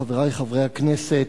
חברי חברי הכנסת,